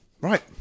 right